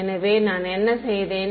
எனவே நான் என்ன செய்தேன்